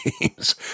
games